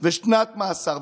או שנת מאסר.